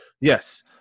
Yes